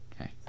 Okay